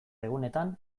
egunetan